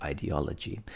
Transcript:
Ideology